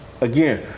again